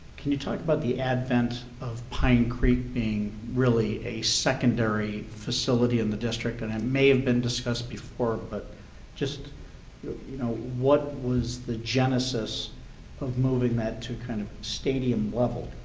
can you talk about the advent of pine creek being really a secondary facility in the district? and it may have been discussed before, but just yeah you know what was the genesis of moving that to kind of a stadium level,